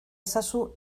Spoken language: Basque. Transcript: ezazu